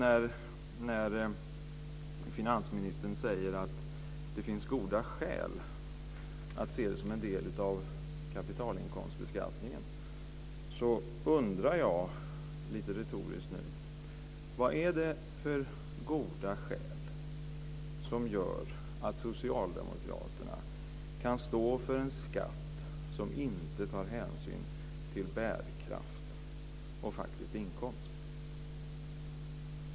När däremot finansministern säger att det finns goda skäl att se detta som en del av kapitalinkomstbeskattningen undrar jag, lite retoriskt: Vad är det för goda skäl som gör att socialdemokraterna kan stå för en skatt som inte tar hänsyn till bärkraft och faktisk inkomst?